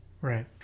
Right